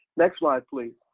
next slide please